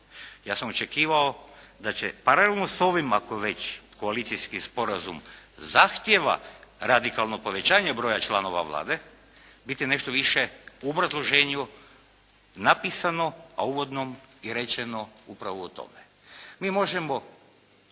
ja sam očekivao da će paralelno s ovim, ako već koalicijski sporazum zahtijeva radikalno povećanje broja članova Vlade, biti nešto više u obrazloženju napisano, a u uvodnom i rečeno upravo o tome. Mi možemo